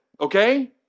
okay